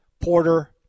Porter